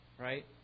Right